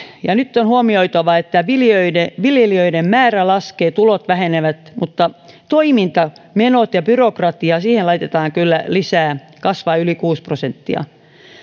nyt nyt on huomioitava että viljelijöiden viljelijöiden määrä laskee tulot vähenevät mutta toimintamenoihin ja byrokratiaan laitetaan kyllä lisää kasvua yli kuusi prosenttia